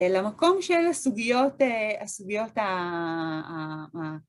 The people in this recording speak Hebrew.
למקום של הסוגיות, הסוגיות ה...